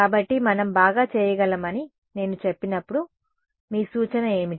కాబట్టి మనం బాగా చేయగలమని నేను చెప్పినప్పుడు మీ సూచన ఏమిటి